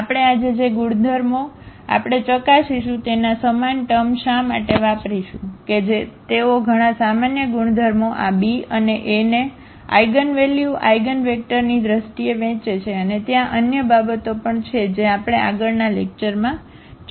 આપણે આજે જે ગુણધર્મો આપણે ચકાસીશું તેના સમાન ટમૅ શા માટે વાપરીશું કે તેઓ ઘણા સામાન્ય ગુણધર્મો આ b અને a ને આઇગનવેલ્યુ આઇગનવેક્ટરની દ્રષ્ટિએ વહેંચે છે અને ત્યાં અન્ય બાબતો પણ છે જે આપણે આગળનાં લેક્ચરમાં જોઈશું